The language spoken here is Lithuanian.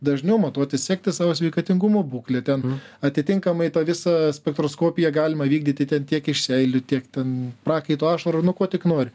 dažniau matuotis sekti savo sveikatingumo būklę ten atitinkamai tą visą spektroskopiją galima vykdyti ten tiek iš seilių tiek ten prakaito ašarų nu ko tik nori